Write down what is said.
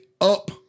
up